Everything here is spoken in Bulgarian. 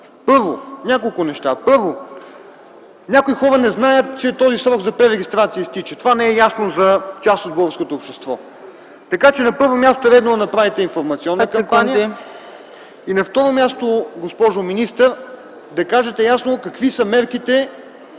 няколко неща. Първо, някои хора не знаят, че този срок за пререгистрация изтича. Това не е ясно за част от българското общество, така че, на първо място, е редно да направите информационна кампания. И на второ място, госпожо министър, да кажете какви са мерките